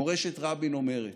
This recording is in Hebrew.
מורשת רבין אומרת: